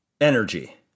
energy